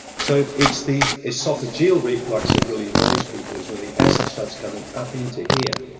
so, it's the esophageal reflux that really annoys people is when the acid starts coming up into here.